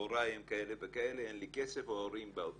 הוריי הם כאלה וכאלה, אין לי כסף, או הורים באו.